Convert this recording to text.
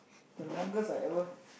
the longest I ever